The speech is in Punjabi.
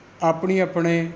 ਆਪਣੀ ਆਪਣੇ